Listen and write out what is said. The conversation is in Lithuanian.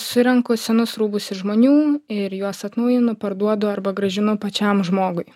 surenku senus rūbus iš žmonių ir juos atnaujinu parduodu arba grąžinu pačiam žmogui